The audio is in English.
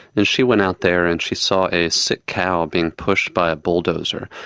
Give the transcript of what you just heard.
and she went out there and she saw a sick cow being pushed by a bulldozer.